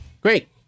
Great